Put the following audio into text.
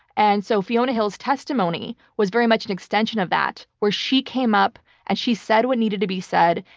and so fiona hill's testimony was very much an extension of that, where she came up and she said what needed to be said,